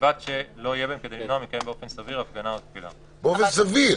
באופן סביר.